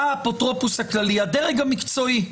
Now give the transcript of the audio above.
בא האפוטרופוס הכללי, הדרג המקצועי,